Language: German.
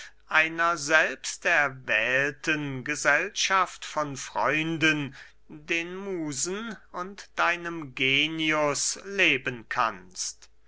einer selbst erwählten gesellschaft von freunden den musen und deinem genius leben kannst